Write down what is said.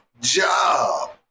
job